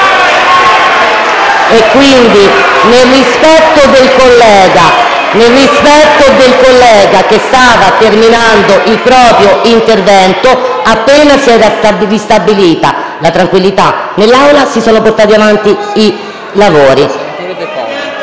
e quindi, nel rispetto del collega che stava terminando il proprio intervento, appena si è ristabilita la tranquillità nell'Aula si sono portati avanti i lavori.